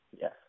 Yes